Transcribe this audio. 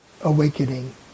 awakening